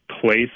place